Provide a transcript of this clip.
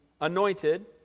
anointed